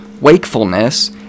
wakefulness